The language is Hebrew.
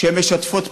שמשתפות פעולה,